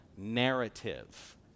narrative